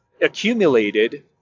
accumulated